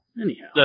anyhow